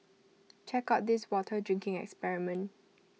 check out this water drinking experiment